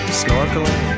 snorkeling